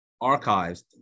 archives